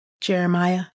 Jeremiah